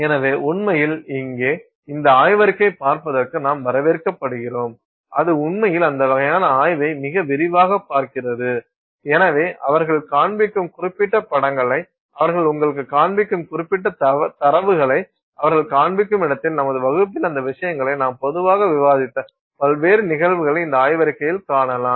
எனவே உண்மையில் இங்கே இந்த ஆய்வறிக்கை பார்ப்பதற்கு நாம் வரவேற்கபடுகிறோம் அது உண்மையில் அந்த வகையான ஆய்வை மிக விரிவாகப் பார்க்கிறது எனவே அவர்கள் காண்பிக்கும் குறிப்பிட்ட படங்களை அவர்கள் உங்களுக்குக் காண்பிக்கும் குறிப்பிட்ட தரவுகளை அவர்கள் காண்பிக்கும் இடத்தில் நமது வகுப்பில் அந்த விசேஷங்களை நாம் பொதுவாக விவாதித்த பல்வேறு நிகழ்வுகளை இந்த ஆய்வறிக்கையில் காணலாம்